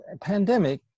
pandemic